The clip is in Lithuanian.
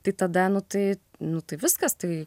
tai tada nu tai nu tai viskas tai